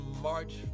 March